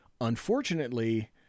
unfortunately